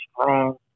strong